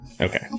Okay